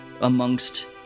amongst